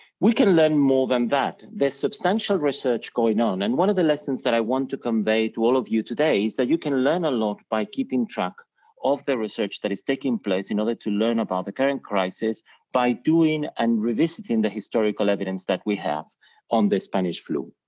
we can learn more than that, their substantial research going on and one of the lessons that i want to convey to all of you today, is that you can learn a lot by keeping track of the research that is taking place in order to learn about the current crisis by doing and revisiting the historical evidence that we have on the spanish flu.